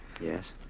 Yes